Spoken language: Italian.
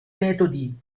metodi